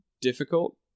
difficult